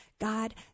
God